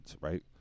right